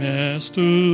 Master